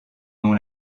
nom